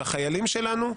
בחיילים שלנו,